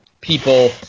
people